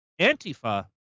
Antifa